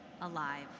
alive